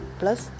plus